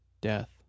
death